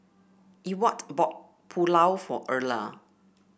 Ewart bought Pulao for Erla